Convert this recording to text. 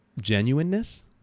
genuineness